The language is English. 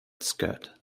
skirt